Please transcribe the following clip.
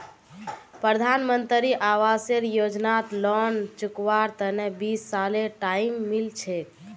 प्रधानमंत्री आवास योजनात लोन चुकव्वार तने बीस सालेर टाइम मिल छेक